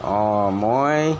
অঁ মই